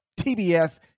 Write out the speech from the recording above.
TBS